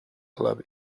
club